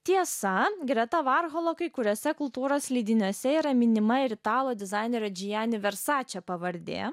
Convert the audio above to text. tiesa greta varholo kai kuriuose kultūros leidiniuose yra minima ir italo dizainerio džijani versace pavardė